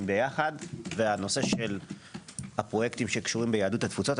יחד והנושא של הפרויקטים שקשורים ביהדות התפוצות.